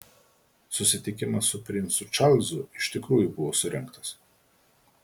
susitikimas su princu čarlzu iš tikrųjų buvo surengtas